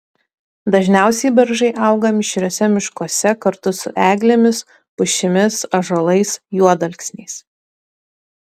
dažniausiai beržai auga mišriuose miškuose kartu su eglėmis pušimis ąžuolais juodalksniais